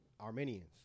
Armenians